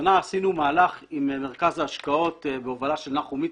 השנה עשינו מהלך עם מרכז ההשקעות בהובלה של נחום איצקוביץ',